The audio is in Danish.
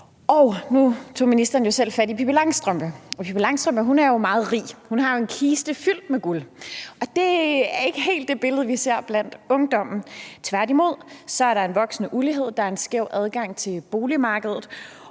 og nu tog ministeren jo selv fat i Pippi Langstrømpe, og Pippi Langstrømpe er jo meget rig. Hun har en kiste fyldt med guld, og det er ikke helt det billede, vi ser blandt ungdommen. Tværtimod er der en voksende ulighed. Der er en skæv adgang til boligmarkedet,